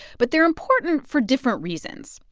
but they're important for different reasons.